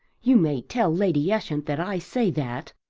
you may tell lady ushant that i say that.